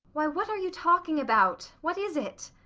why, what are you talking about? what is it?